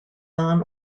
non